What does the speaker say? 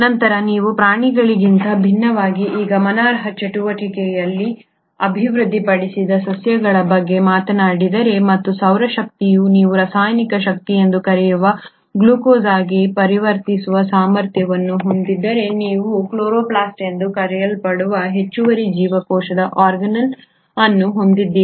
ನಂತರ ನೀವು ಪ್ರಾಣಿಗಳಿಗಿಂತ ಭಿನ್ನವಾಗಿ ಈ ಗಮನಾರ್ಹ ಚಟುವಟಿಕೆಯನ್ನು ಅಭಿವೃದ್ಧಿಪಡಿಸಿದ ಸಸ್ಯಗಳ ಬಗ್ಗೆ ಮಾತನಾಡಿದರೆ ಮತ್ತು ಸೌರ ಶಕ್ತಿಯನ್ನು ನೀವು ರಾಸಾಯನಿಕ ಶಕ್ತಿ ಎಂದು ಕರೆಯುವ ಗ್ಲೂಕೋಸ್ ಆಗಿ ಪರಿವರ್ತಿಸುವ ಸಾಮರ್ಥ್ಯವನ್ನು ಹೊಂದಿದ್ದರೆ ನೀವು ಕ್ಲೋರೊಪ್ಲಾಸ್ಟ್ ಎಂದು ಕರೆಯಲ್ಪಡುವ ಹೆಚ್ಚುವರಿ ಜೀವಕೋಶದ ಆರ್ಗಾನ್ಯಿಲ್ ಅನ್ನು ಹೊಂದಿದ್ದೀರಿ